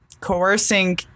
coercing